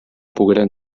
pogueren